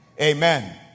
amen